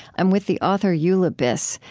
i'm with the author eula biss,